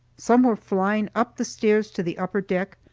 some were flying up the stairs to the upper deck,